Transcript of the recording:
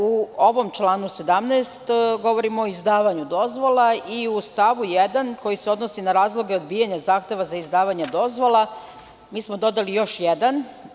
U ovom članu 17. govorimo o izdavanju dozvola i u stavu 1. koji se odnosi na razloge odbijanja zahteva za izdavanje dozvola dodali smo još jedan.